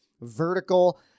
vertical